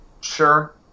sure